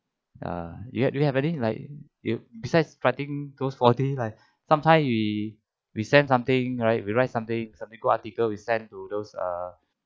err you have do you have any like you besides striking those four D like sometimes we we send something right we write something something article we send to those err